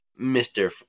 Mr